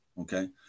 Okay